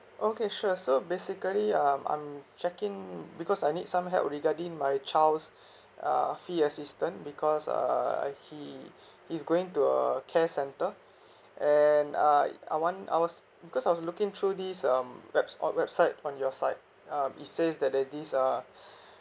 okay sure so basically um I'm checking because I need some help regarding my child's uh fee assistance because uh he is going to a care centre and uh I want I was because I was looking through this um webs~ on website on your site um it says that there's this uh